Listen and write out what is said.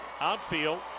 Outfield